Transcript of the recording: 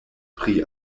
pri